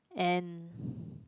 and